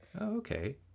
okay